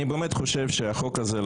באמת חושב שהחוק הזה,